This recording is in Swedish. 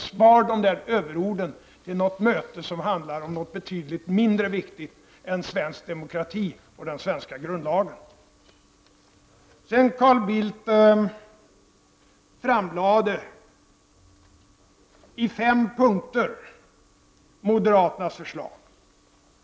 Spar överorden till något möte som handlar om något betydligt mindre viktigt än svensk demokrati och den svenska grundlagen! Carl Bildt framlade i fem punkter moderaternas förslag.